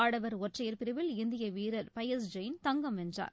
ஆடவர் ஒற்றையர் பிரிவில் இந்திய வீரர் பயஸ் ஜெயின் தங்கம் வென்றார்